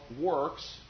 works